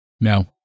No